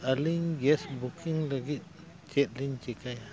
ᱟᱹᱞᱤᱧ gas booking ᱞᱟᱹᱜᱤᱫ ᱪᱮᱫᱞᱤᱧ ᱪᱤᱠᱟᱹᱭᱟ